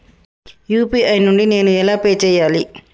UPI నుండి నేను ఎలా పే చెయ్యాలి?